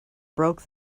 broke